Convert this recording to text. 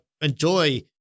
enjoy